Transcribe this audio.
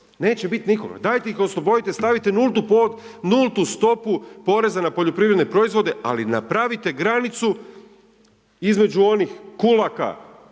Neće biti nikoga. Dajte ih oslobodite, stavite nultu stopu poreza na poljoprivredne proizvode, ali napravite granicu između onih kulaka